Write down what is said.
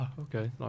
Okay